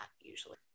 Usually